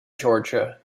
georgia